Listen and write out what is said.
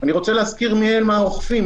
אני רוצה להזכיר מיהם האוכפים,